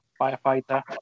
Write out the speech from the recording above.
firefighter